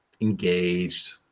engaged